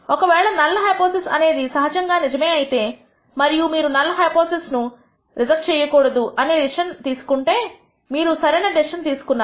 ఒక వేళ null hypothesis అనేది ఇది సహజంగానే నిజమే అయితే మరియు మీరు నల్ హైపోథిసిస్ అనూ తను రిజెక్ట్ చేయకూడదు అనే డెసిషన్ డెసిషన్ తీసుకుంటే అంటే మీరు సరైన డెసిషన్ తీసుకున్నారు